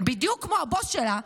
בדיוק כמו הבוס שלה,